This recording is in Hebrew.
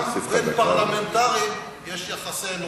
גם בין פרלמנטרים יש יחסי אנוש,